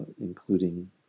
including